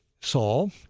Saul